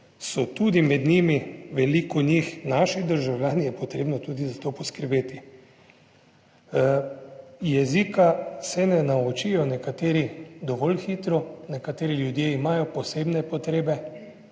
so tudi med njimi veliko njih, naši državljani, je potrebno tudi za to poskrbeti. Jezika se ne naučijo nekateri dovolj hitro, nekateri ljudje imajo posebne potrebe.